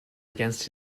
against